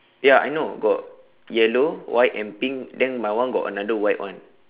ya I know got yellow white and pink then my one got another white one